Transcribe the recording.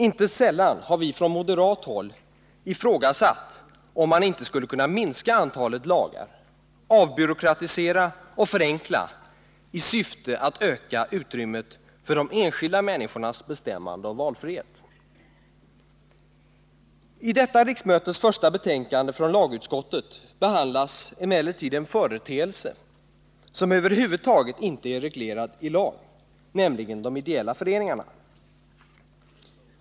Inte sällan har vi från moderat håll ifrågasatt om man inte skulle kunna minska antalet lagar, avbyråkratisera och förenkla i syfte att öka utrymmet för de enskilda människornas bestämmande och valfrihet. I detta riksmötes första betänkande från lagutskottet behandlas emellertid en företeelse som över huvud taget inte är reglerad i lag, nämligen de ideella föreningarna.